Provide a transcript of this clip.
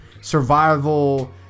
survival